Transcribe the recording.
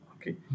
Okay